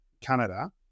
Canada